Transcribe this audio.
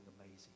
amazing